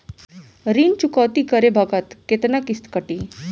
ऋण चुकौती करे बखत केतना किस्त कटी?